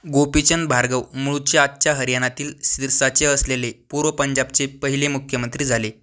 गोपीचंद भार्गव मूळचे आजच्या हरियाणातील सिरसाचे असलेले पूर्व पंजाबचे पहिले मुख्यमंत्री झाले